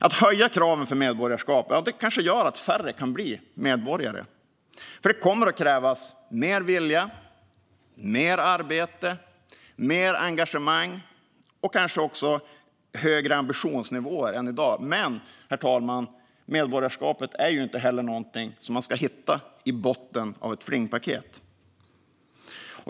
Att höja kraven för medborgarskap kanske gör att färre kan bli medborgare, för det kommer att krävas mer vilja, mer arbete, mer engagemang och kanske också högre ambitionsnivåer än i dag. Men, herr talman, medborgarskapet är ju inte någonting som man ska hitta i botten av ett flingpaket.